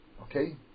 Okay